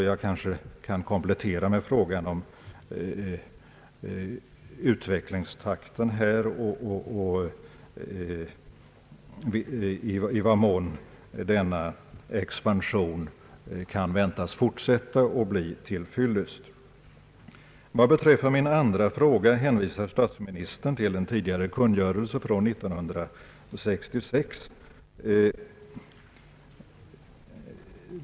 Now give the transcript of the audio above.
Jag kanske kan komplettera med att fråga i vad mån expansionen kan väntas fortsätta så att byråns kapacitet blir till fyllest. Vad beträffar min andra fråga hänvisar statsministern till en kungörelse från 1966.